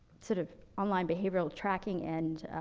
sort of, online behavioural tracking and,